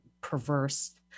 perverse